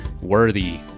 worthy